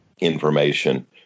information